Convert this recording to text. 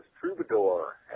troubadour